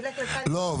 לא.